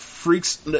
Freaks